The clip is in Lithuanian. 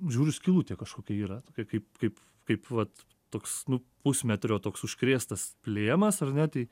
žiūriu skylutė kažkokia yra tokia kaip kaip kaip vat toks nu pusmetrio toks užkrėstas plėmas ar ne tai